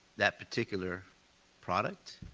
that particular product.